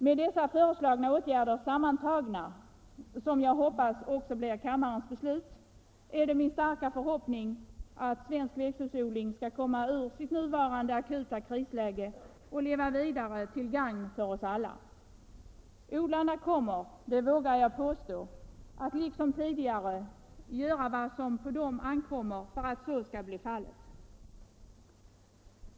Med dessa föreslagna åtgärder sammantagna, som jag hoppas också blir kammarens beslut, är det min starka förhoppning att svensk växthusodling skall komma ur sitt nuvarande akuta krisläge och leva vidare till gagn för oss alla. Odlarna kommer, det vågar jag påstå, att liksom tidigare göra vad som ankommer på dem för att så skall bli fallet.